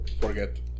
Forget